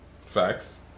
facts